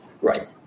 right